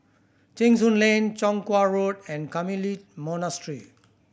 Cheng Soon Lane Chong Kuo Road and Carmelite Monastery